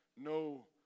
no